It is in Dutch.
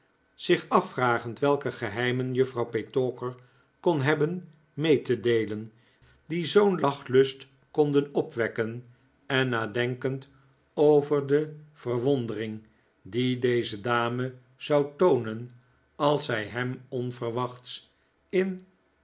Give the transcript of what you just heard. zich afvragend welke geheimen juffrouw petowker kon hebben mee te deelen die zoo'n lachlust konden opwekken en nadenkend over de verwondering die deze dame zou toonen als zij hem onverwachts in